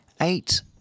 Eight